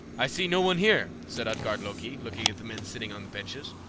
i see no one here, said utgard-loki, looking at the men sitting on the benches,